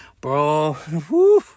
Bro